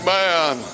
man